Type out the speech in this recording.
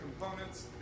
components